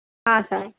ହଁ ସାର୍